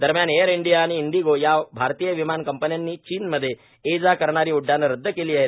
दरम्यान Air India आणि इंडिगो या भारतीय विमानकंपन्यांनी चीनमध्ये ये जा करणारी उड्डाणं रद्द केली आहेत